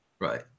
Right